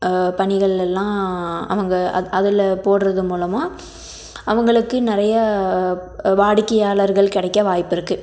பணிகளெல்லாம் அவங்க அது அதில் போடுறது மூலமாக அவர்களுக்கு நிறையா வாடிக்கையாளர்கள் கிடைக்க வாய்ப்பு இருக்குது